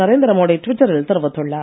நரேந்திர மோடி ட்விட்டரில் தெரிவித்துள்ளார்